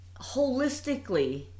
holistically